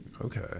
okay